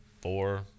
Four